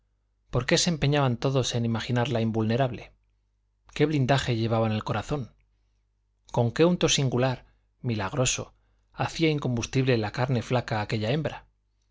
por qué se empeñaban todos en imaginarla invulnerable qué blindaje llevaba en el corazón con qué unto singular milagroso hacía incombustible la carne flaca aquella hembra